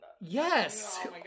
Yes